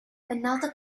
another